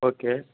okay